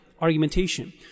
argumentation